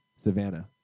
Savannah